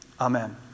Amen